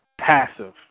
passive